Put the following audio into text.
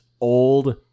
old